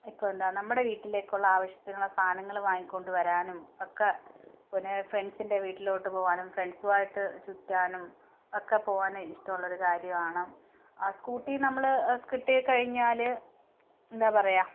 ഇപ്പം എന്താ നമ്മുടെ വീട്ടിലേക്കുള്ള ആവശ്യത്തിനുള്ള സാധനങ്ങൾ വാങ്ങിക്കൊണ്ട് വരാനും ഒക്കെ പിന്നെ ഫ്രണ്ട്സിൻ്റെ വീട്ടിലോട്ട് പോകാനും ഫ്രണ്ട്സുമായിട്ട് ചുറ്റാനും ഒക്കെ പോകാൻ ഇഷ്ടമുള്ളൊരു കാര്യമാണ് ആ സ്കൂട്ടി നമ്മൾ കിട്ടി കഴിഞ്ഞാൽ എന്താ പറയുക